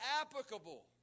applicable